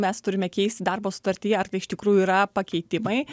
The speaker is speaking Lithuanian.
mes turime keisti darbo sutartyje ar tai iš tikrųjų yra pakeitimai